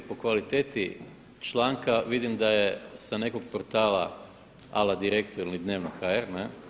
Po kvaliteti članka vidim da je sa nekog portala a la DIREKTNO ili DNEVNO.hr.